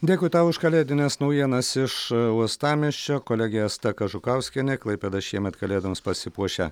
dėkui tau už kalėdines naujienas iš uostamiesčio kolegė asta kažukauskienė klaipėda šiemet kalėdoms pasipuošia